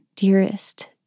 dearest